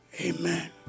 Amen